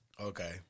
Okay